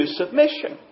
submission